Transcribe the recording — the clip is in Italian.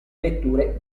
vetture